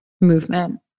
movement